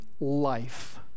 life